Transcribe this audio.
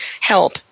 help